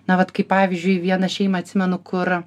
na vat kaip pavyzdžiui vieną šeimą atsimenu kur